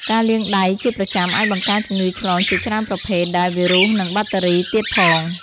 ការលាងដៃជាប្រចាំអាចបង្ការជំងឺឆ្លងជាច្រើនប្រភេទ ដែលវីរុស និងប៉ាក់តេរីទៀតផង។